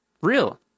Real